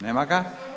Nema ga.